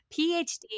PhD